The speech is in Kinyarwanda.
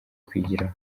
kwigiraho